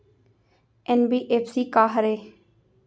NBFC का हरे?